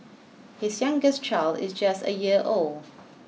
his youngest child is just a year old